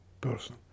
person